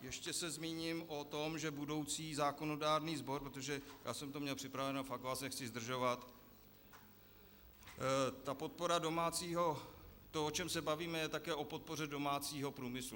Ještě se zmíním o tom, že budoucí zákonodárný sbor protože já jsem to měl připraveno, fakt vás nechci zdržovat, ta podpora domácího, o čem se bavíme, je také o podpoře domácího průmyslu.